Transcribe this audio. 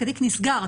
התיק נסגר,